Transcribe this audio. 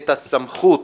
את הסמכות